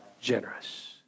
generous